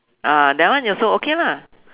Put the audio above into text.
ah that one also okay lah